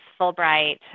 Fulbright